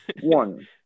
One